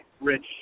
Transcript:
rich